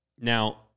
Now